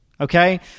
Okay